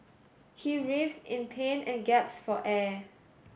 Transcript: he writhed in pain and gasped for air